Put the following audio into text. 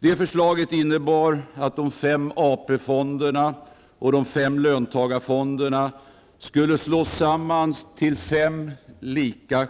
Det förslaget innebar att de fem AP fonderna och de fem löntagarfonderna skulle slås samman till fem lika